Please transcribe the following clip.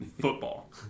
football